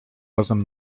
razem